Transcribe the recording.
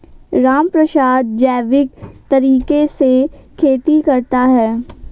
रामप्रसाद जैविक तरीके से खेती करता है